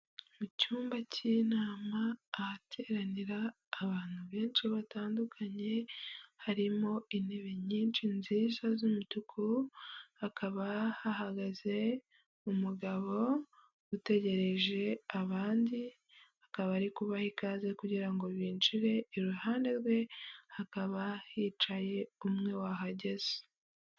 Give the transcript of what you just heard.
Mu cyumba cy'inama ahateranira abantu benshi batandukanye harimo intebe nyinshi nziza z'umutuku, hakaba hahagaze umugabo utegereje abandi, akaba ari kubaha ikaze kugira ngo binjire iruhande rwe hakaba hicaye umwe wahageze.